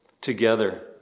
Together